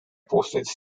postage